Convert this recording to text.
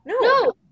No